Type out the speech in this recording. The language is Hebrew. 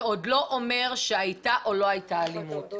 זה עוד לא אומר שהייתה או לא הייתה אלימות.